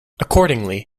accordingly